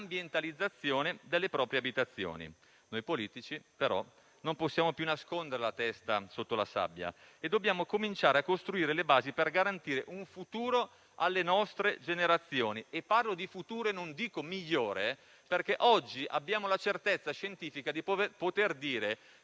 delle proprie abitazioni. Noi politici però non possiamo più nascondere la testa sotto la sabbia e dobbiamo cominciare a costruire le basi per garantire un futuro alle nostre generazioni. Parlo di futuro e non dico migliore perché oggi abbiamo la certezza scientifica di poter dire che